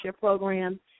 program